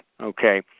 okay